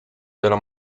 della